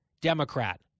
Democrat